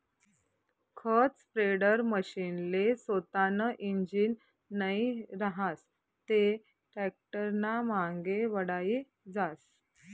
खत स्प्रेडरमशीनले सोतानं इंजीन नै रहास ते टॅक्टरनामांगे वढाई जास